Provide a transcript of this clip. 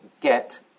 get